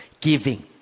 giving